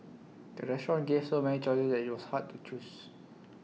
the restaurant gave so many choices that IT was hard to choose